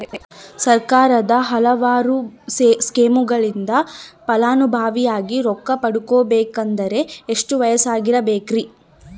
ಸರ್ಕಾರದ ಹಲವಾರು ಸ್ಕೇಮುಗಳಿಂದ ಫಲಾನುಭವಿಯಾಗಿ ರೊಕ್ಕ ಪಡಕೊಬೇಕಂದರೆ ಎಷ್ಟು ವಯಸ್ಸಿರಬೇಕ್ರಿ?